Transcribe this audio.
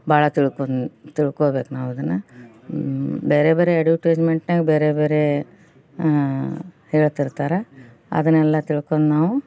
ಭಾಳ ತಿಳ್ಕೊಂಡು ತಿಳ್ಕೊಳ್ಬೇಕು ನಾವು ಅದನ್ನು ಬೇರೆ ಬೇರೆ ಎಡುಟೈಸ್ಮೆಂಟ್ನಾಗ ಬೇರೆ ಬೇರೆ ಹೇಳ್ತಿರ್ತಾರೆ ಅದನ್ನೆಲ್ಲ ತಿಳ್ಕೊಂಡು ನಾವು